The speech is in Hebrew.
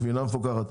גבינה מפוקחת.